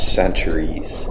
centuries